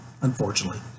unfortunately